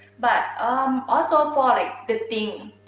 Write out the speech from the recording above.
but um also for like the thing,